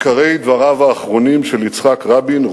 עיקרי דבריו האחרונים של יצחק רבין,